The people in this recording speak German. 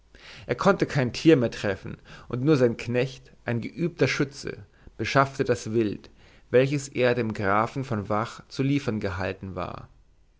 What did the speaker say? er konnte kein tier mehr treffen und nur sein knecht ein geübter schütze beschaffte das wild welches er dem grafen von vach zu liefern gehalten war